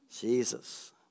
Jesus